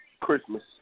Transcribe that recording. Christmas